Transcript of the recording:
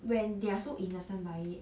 when they are so innocent by it